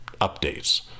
updates